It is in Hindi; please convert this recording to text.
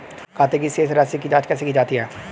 खाते की शेष राशी की जांच कैसे की जाती है?